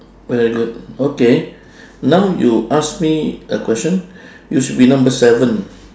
very good okay now you ask me a question you should be number seven